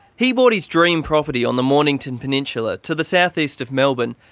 he bought his dream property on the mornington peninsula to the south-east of melbourne,